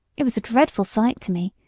it was a dreadful sight to me,